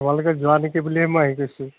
তোমালোকে যোৱা নেকি বুলিয়ে মই হেৰি কৰিছোঁ